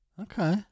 okay